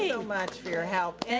so much for your help.